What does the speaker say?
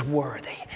worthy